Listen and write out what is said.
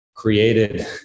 Created